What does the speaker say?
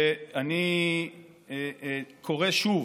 ואני קורא שוב,